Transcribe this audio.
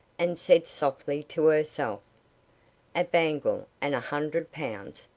and said softly to herself a bangle and a hundred pounds!